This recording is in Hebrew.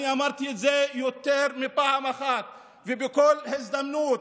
אני אמרתי את זה יותר מפעם אחת ובכל הזדמנות: